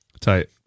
Tight